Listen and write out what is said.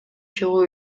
чыгуу